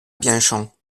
bianchon